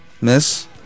Miss